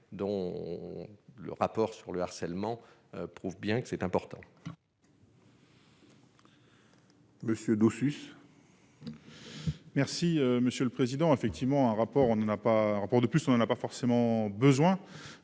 dont le rapport sur le harcèlement prouve bien que c'est important. Monsieur dessus. Merci monsieur le président, a effectivement un rapport, on n'en a pas encore de